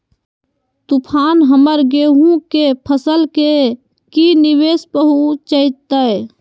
तूफान हमर गेंहू के फसल के की निवेस पहुचैताय?